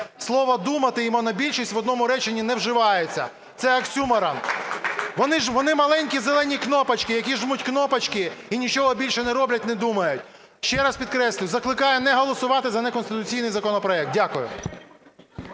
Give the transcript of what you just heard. Слово "думати" і "монобільшість" в одному реченні не вживаються. Це оксиморон. Вони маленькі зелені кнопочки, які жмуть кнопочки, і нічого більше не роблять, не думають. Ще раз підкреслюю, закликаю не голосувати за неконституційний законопроект. Дякую.